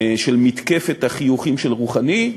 של מתקפת החיוכים של רוחאני,